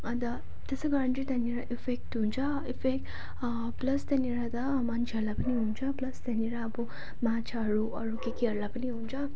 अन्त त्यसै कारण चाहिँ त्यहाँनिर इफेक्ट हुन्छ इफेक्ट प्लस त्यहाँनिर त मान्छेहरूलाई पनि हुन्छ प्लस त्यहाँनिर अब माछाहरू अरू केकेहरूलाई पनि हुन्छ